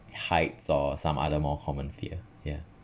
heights or some other more common fear yeah